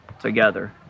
together